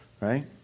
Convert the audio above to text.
Right